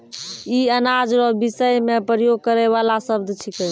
ई अनाज रो विषय मे प्रयोग करै वाला शब्द छिकै